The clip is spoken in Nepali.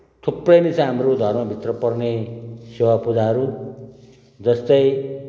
थुप्रै नै छ हाम्रो धर्मभित्र पर्ने सेवा पूजाहरू जस्तै